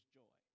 joy